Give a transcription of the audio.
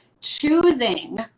choosing